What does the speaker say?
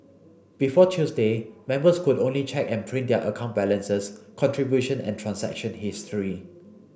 before Tuesday members could only check and print their account balances contribution and transaction history